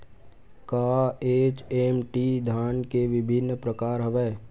का एच.एम.टी धान के विभिन्र प्रकार हवय?